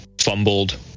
fumbled